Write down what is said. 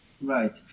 Right